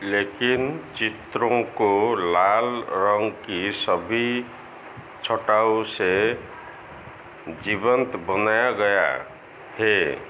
लेकिन चित्रों को लाल रंग की सभी छटाओं से जीवंत बनाया गया है